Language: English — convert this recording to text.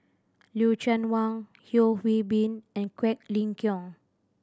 Lucien Wang Yeo Hwee Bin and Quek Ling Kiong